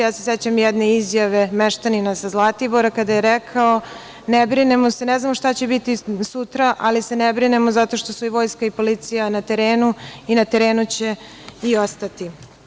Ja se sećam jedne izjave meštanina sa Zlatibora kada je rekao - ne znamo šta će biti sutra, ali se ne brinemo zato što su i vojska i policija na terenu i na terenu će i ostati.